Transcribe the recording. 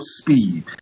speed